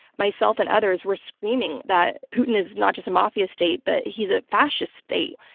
myself and others were screaming that putin is not just a mafia state, but he's a fascist state.